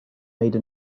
made